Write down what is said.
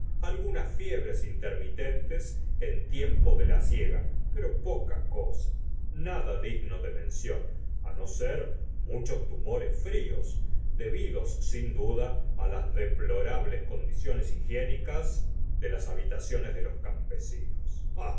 algunas fiebres intermitentes en tiempo de la siega pero poca cosa nada digno de mención á no ser muchos tumores fríos debidos sin duda las deplorables condiciones higiénicas de las habitaciones de los campesinos